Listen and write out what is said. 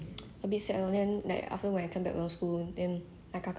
a few hours later that the rabbit pass away already so sad